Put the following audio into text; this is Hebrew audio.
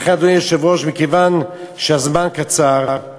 לכן, אדוני היושב-ראש, מכיוון שהזמן קצר,